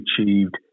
achieved